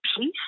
peace